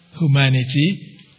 humanity